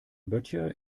böttcher